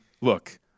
look